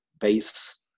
base